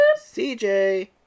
CJ